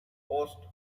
hosts